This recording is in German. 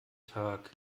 tag